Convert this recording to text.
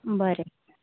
बरें